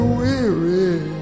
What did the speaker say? weary